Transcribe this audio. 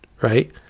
Right